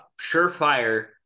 surefire